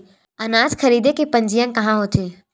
अनाज खरीदे के पंजीयन कहां होथे?